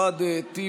אנטאנס שחאדה,